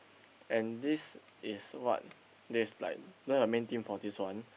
and this is what there's like learn a main team for this one